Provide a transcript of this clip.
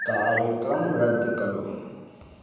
कार्यक्रम रद्द करो